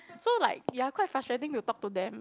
so like you're quite frustrating to talk to them